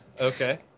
Okay